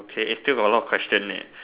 okay still got a lot of question leh